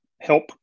help